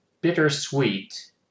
bittersweet